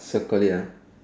circle it ya